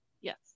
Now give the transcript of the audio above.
yes